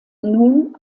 nun